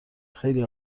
خیلی